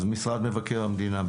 משרד מבקר המדינה,